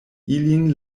ilin